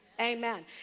Amen